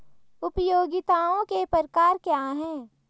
उपयोगिताओं के प्रकार क्या हैं?